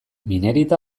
minerita